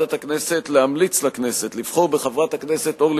להמליץ לכנסת לבחור בחברת הכנסת אורלי